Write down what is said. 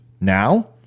Now